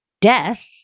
Death